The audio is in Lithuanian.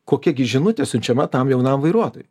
kokia gi žinutė siunčiama tam jaunam vairuotojui